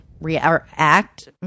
react